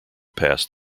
passed